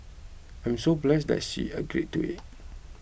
I'm so blessed that she agreed to it